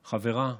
חברה,